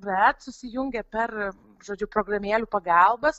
bet susijungę per žodžiu programėlių pagalbas